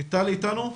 מיטל איתנו?